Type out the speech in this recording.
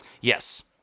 Yes